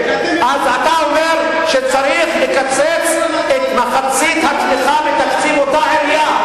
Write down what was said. אז אתה אומר שצריך לקצץ את מחצית התמיכה בתקציב אותה עירייה,